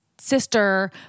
sister